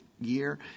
year